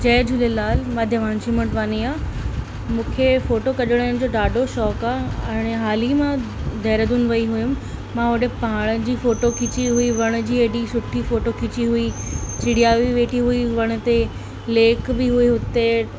जय झूलेलाल मां देवांशी मोटवानी आहियां मूंखे फ़ोटो कढण जो ॾाढो शौक़ु आहे हाणे हाली मां देहरादून वई हुयमि मां होॾे पहाड़नि जी फ़ोटो खिची हुई वण जी हेॾी सुठी फ़ोटो खिची हुई चिड़िया बि वेठी हुई वण ते लेक बि हुई हुते